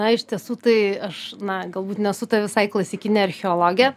na iš tiesų tai aš na galbūt nesu ta visai klasikinė archeologė